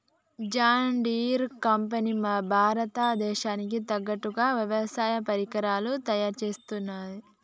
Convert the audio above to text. John Deere company భారత దేశానికి తగ్గట్టుగా వ్యవసాయ పరికరాలను తయారుచేస్తది